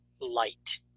light